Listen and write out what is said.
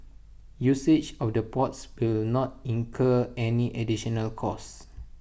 usage of the ports will not incur any additional costs